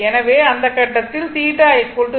எனவே இந்த கட்டத்தில் θ 0